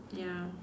ya